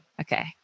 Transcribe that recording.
Okay